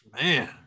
Man